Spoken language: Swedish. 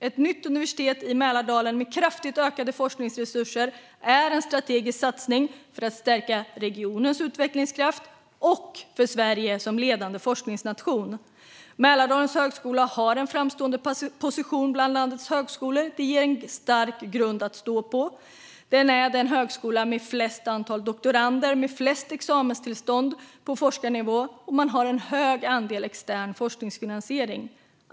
Ett nytt universitet i Mälardalen med kraftigt ökade forskningsresurser är en strategisk satsning för att stärka regionens utvecklingskraft och Sverige som ledande forskningsnation. Mälardalens högskola har en framstående position bland landets högskolor. Det ger en stark grund att stå på. Det är den högskola som har störst antal doktorander och flest examenstillstånd på forskarnivå. Man har också en hög andel extern forskningsfinansiering.